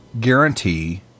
guarantee